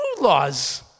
laws